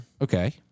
Okay